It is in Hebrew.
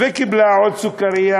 וקיבלה עוד סוכרייה,